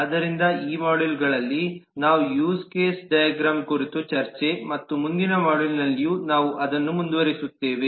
ಆದ್ದರಿಂದ ಈ ಮಾಡ್ಯೂಲ್ಗಳಲ್ಲಿ ನಾವು ಯೂಸ್ ಕೇಸ್ ಡೈಗ್ರಾಮ್ ಕುರಿತು ಚರ್ಚೆ ಮತ್ತು ಮುಂದಿನ ಮಾಡ್ಯೂಲ್ನಲ್ಲಿಯೂ ನಾವು ಅದನ್ನು ಮುಂದುವರಿಸುತ್ತೇವೆ